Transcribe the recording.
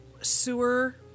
sewer